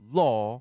law